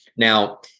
Now